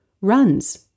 runs